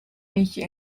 nietje